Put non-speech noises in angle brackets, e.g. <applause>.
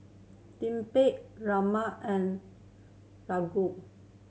<unintelligible> Raman and <unintelligible>